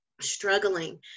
struggling